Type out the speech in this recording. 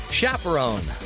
chaperone